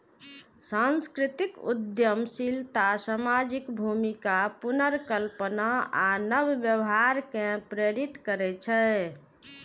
सांस्कृतिक उद्यमशीलता सामाजिक भूमिका पुनर्कल्पना आ नव व्यवहार कें प्रेरित करै छै